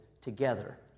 together